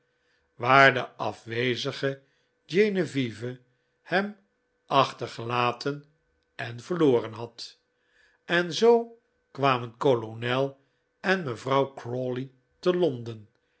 waar de afwezige genevieve hem achtergelaten en verloren had en zoo kwamen kolonel en mevrouw crawley te londen